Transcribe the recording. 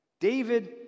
David